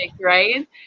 Right